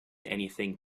anything